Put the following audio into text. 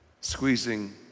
squeezing